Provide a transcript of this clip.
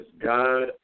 God